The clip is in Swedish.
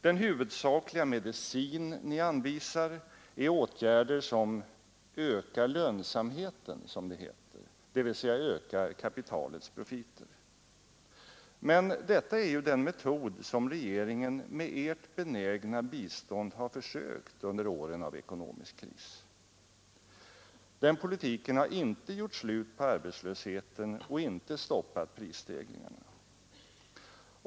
Den huvudsakliga medicin ni anvisar är åtgärder som ”ökar lönsamheten”, dvs. ökar kapitalets profiter. Men detta är ju den metod regeringen med ert benägna bistånd försökt under åren av ekonomisk kris. Den politiken har inte gjort slut på arbetslösheten och inte stoppat prisstegringarna.